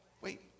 wait